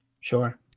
Sure